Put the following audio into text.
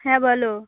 হ্যাঁ বলো